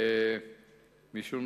משום